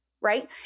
right